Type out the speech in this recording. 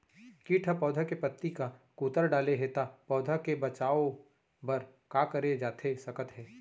किट ह पौधा के पत्ती का कुतर डाले हे ता पौधा के बचाओ बर का करे जाथे सकत हे?